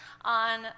on